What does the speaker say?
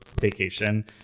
vacation